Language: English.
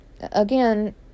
again